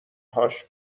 هاش